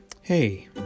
Hey